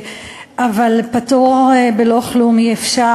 אבל פטור בלא כלום אי-אפשר,